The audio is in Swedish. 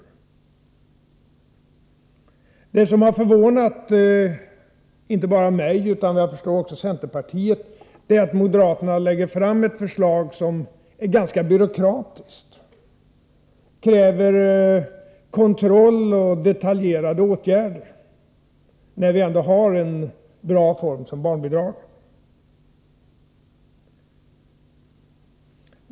Men det som har förvånat inte bara mig utan enligt vad jag förstår också centerpartiet är att moderaterna har lagt fram ett förslag på det här området som är ganska byråkratiskt — det kräver kontroll och detaljerade bestämmelser — när vi ändå har en så bra stödform som barnbidraget.